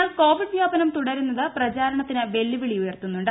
എന്നാൽ കോവിഡ് വ്യാപനം തുടരുന്നത് പ്രചാരണത്തിന് വെല്ലുവിളി ഉയർത്തുന്നുണ്ട്